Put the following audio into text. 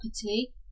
property